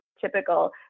typical